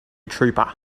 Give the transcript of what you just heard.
trooper